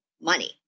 money